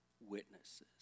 witnesses